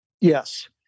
Yes